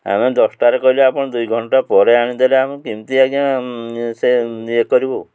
ଆମେ ଦଶଟାରେ କହିଲୁ ଆପଣ ଦୁଇ ଘଣ୍ଟା ପରେ ଆଣିଦେଲେ ଆମେ କେମିତି ଆଜ୍ଞା ସେ ଇଏ କରିବୁ